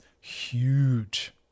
huge